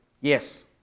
yes